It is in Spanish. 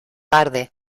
tarde